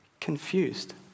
confused